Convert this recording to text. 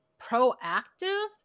proactive